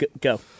Go